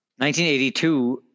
1982